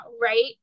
right